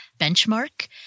benchmark